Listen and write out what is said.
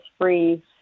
free